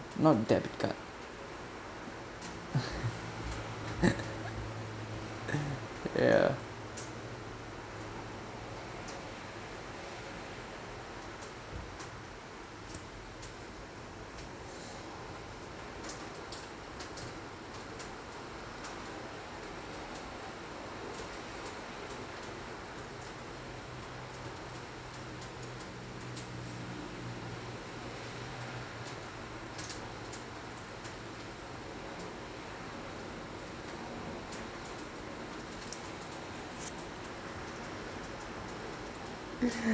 not debit card ya